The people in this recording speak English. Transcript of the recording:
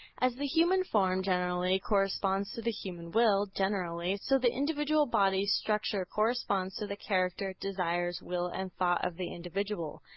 as the human form, generally, corresponds to the human will, generally, so the individual bodily structure corresponds to the character, desires, will and thought of the individual.